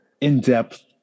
in-depth